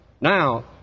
Now